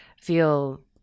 feel